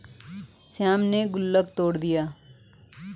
श्याम ने गुल्लक तोड़ दिया